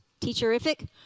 teacherific